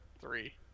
three